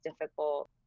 difficult